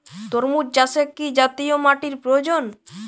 তরমুজ চাষে কি জাতীয় মাটির প্রয়োজন?